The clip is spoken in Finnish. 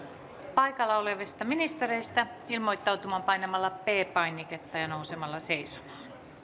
paikalla olevista ministereistä ilmoittautumaan painamalla p painiketta ja nousemalla seisomaan